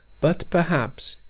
but, perhaps,